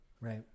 Right